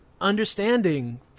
understanding